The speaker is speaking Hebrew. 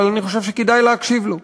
אבל אני חושב שכדאי להקשיב לו.